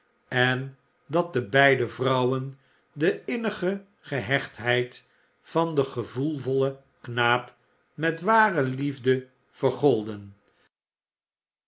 en dat de beide vrouwen de innige gehechtheid van den gevoelvollen knaap met ware liefde vergolden